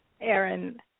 Aaron